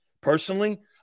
Personally